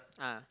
ah